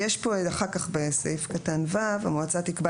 יש פה אחר כך בסעיף קטן (ו) המועצה תקבע